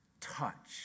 touch